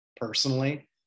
personally